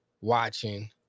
watching